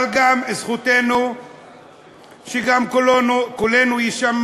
אבל זכותנו שגם קולנו יישמע